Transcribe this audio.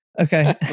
Okay